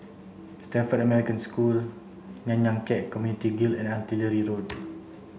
Stamford American School Nanyang Khek Community Guild and Artillery Road